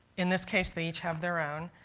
in this case they each have their own.